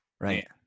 Right